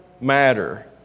matter